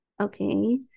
Okay